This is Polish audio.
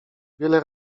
wiele